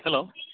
hello